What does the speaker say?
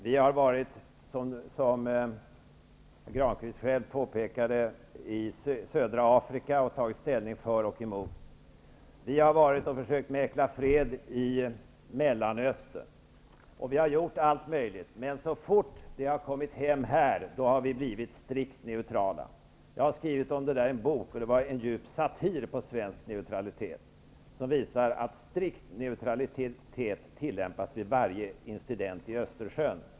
Vi har varit, som Grankvist själv påpekade, i södra Afrika och tagit ställning för och emot. Vi har varit och försökt mäkla fred i Mellanöstern. Vi har gjort allt möjligt. Men så fort det har kommit hit hem, då har vi blivit strikt neutrala. Jag har skrivit om detta i en bok, och det var en djup satir på svensk neutralitet som visar att strikt neutralitet tillämpas vid varje incident i Östersjön.